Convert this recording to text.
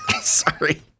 Sorry